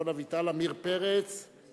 חבר הכנסת דב חנין.